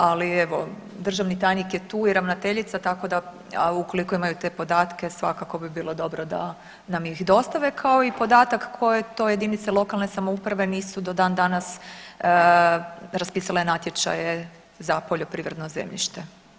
Ali evo državni tajnik je tu i ravnateljica tako da, a ukoliko imaju te podatke svakako bi bilo dobro da nam ih dostave, kao i podatak koje to jedinice lokalne samouprave nisu do dan danas raspisale natječaje za poljoprivredno zemljište.